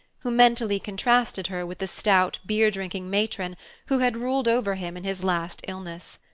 who mentally contrasted her with the stout, beer-drinking matron who had ruled over him in his last illness.